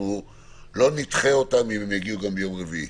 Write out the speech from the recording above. אנחנו לא נדחה אותן אם הן יגיעו גם ביום רביעי,